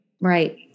Right